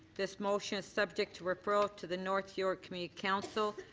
this motion is subject to referral to the north york community council.